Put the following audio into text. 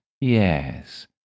Yes